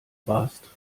warst